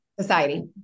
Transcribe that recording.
Society